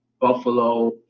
Buffalo